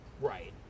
Right